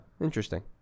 interesting